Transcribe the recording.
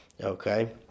Okay